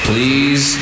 Please